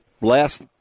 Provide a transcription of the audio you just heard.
last